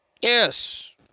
Yes